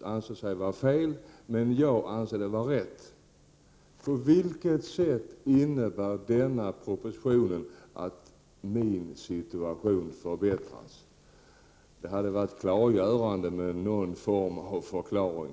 anser vara fel men som jag anser vara rätt. På vilket sätt innebär denna proposition att min situation förbättras? Det hade varit välgörande med någon form av förklaring.